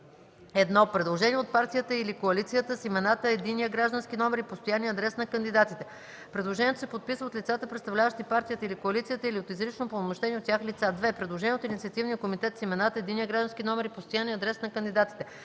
1. предложение от партията или коалицията с имената, единния граждански номер и постоянния адрес на кандидатите; предложението се подписва от лицата, представляващи партията или коалицията, или от изрично упълномощени от тях лица; 2. предложение от инициативния комитет с имената, единния граждански номер и постоянния адрес на кандидатите;